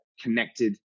connected